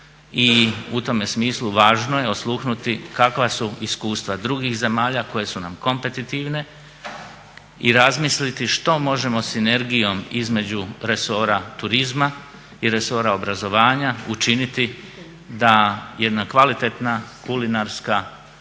i u tome smislu važno je osluhnuti kakva su iskustva drugih zemalja koje su nam kompetitivne i razmisliti što možemo sinergijom između resora turizma i resora obrazovanja učiniti da jedna kvalitetna kulinarska